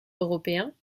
européens